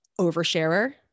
oversharer